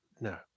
No